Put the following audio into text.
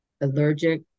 allergic